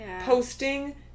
posting